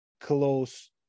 close